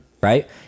Right